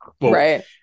right